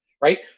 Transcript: right